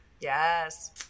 Yes